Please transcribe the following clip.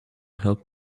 help